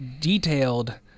detailed